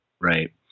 Right